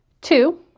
Two